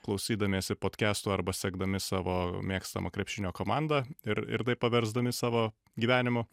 klausydamiesi podkestų arba sekdami savo mėgstamą krepšinio komandą ir ir tai paversdami savo gyvenimu